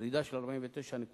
ירידה של 49 נקודות.